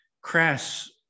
crass